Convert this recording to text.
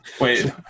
Wait